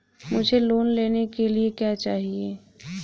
मुझे लोन लेने के लिए क्या चाहिए?